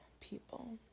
people